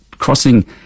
crossing